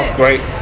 great